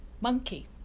monkey